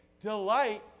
delight